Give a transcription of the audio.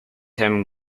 him